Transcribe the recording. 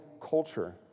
culture